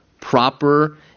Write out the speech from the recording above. proper